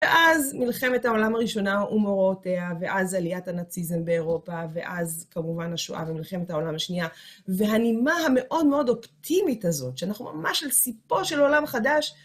ואז מלחמת העולם הראשונה ומאורעותיה ואז עליית הנאציזם באירופה, ואז כמובן השואה ומלחמת העולם השנייה. והנימה המאוד מאוד אופטימית הזאת, שאנחנו ממש על סיפו של עולם חדש,